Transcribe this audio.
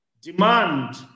Demand